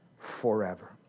forever